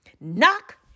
Knock